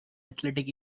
athletic